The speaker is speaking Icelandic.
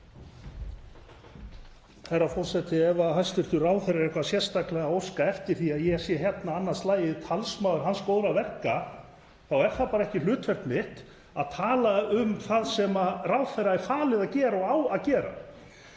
Herra forseti. Ef hæstv. ráðherra er eitthvað sérstaklega að óska eftir því að ég sé hérna annað slagið talsmaður góðra verka hans þá er það bara ekki hlutverk mitt að tala um það sem ráðherra er falið að gera og á að gera.